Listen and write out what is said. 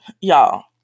Y'all